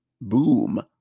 boom